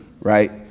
right